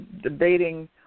debating